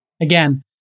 Again